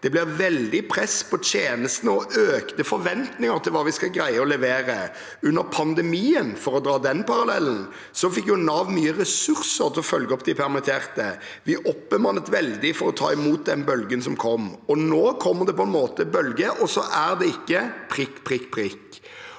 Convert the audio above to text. Det blir veldig press på tjenesten og økte forventninger til hva vi skal greie å levere. Under pandemien, for å dra den parallellen, fikk jo Nav mye ressurser til å følge opp de permitterte. Vi oppbemannet veldig for å ta imot den bølgen som kom. Nå kommer det på en måte en bølge, og så er det ikke … Da er